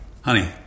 Honey